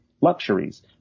luxuries